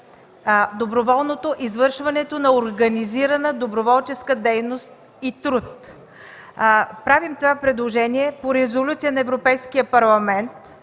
доброволното извършване на организирана доброволческа дейност и труд. Правим това предложение по Резолюция на Европейския парламент